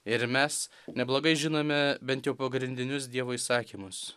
ir mes neblogai žinome bent jau pagrindinius dievo įsakymus